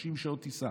30 שעות טיסה.